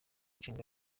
nshinga